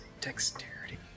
dexterity